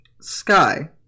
Sky